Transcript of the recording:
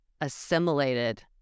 assimilated